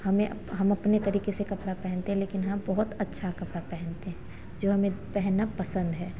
हमें हम अपने तरीके से कपड़ा पहनते हैं लेकिन हम बहुत अच्छा कपड़ा पहनते हैं जो हमें पहनना पसंद है